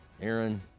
Aaron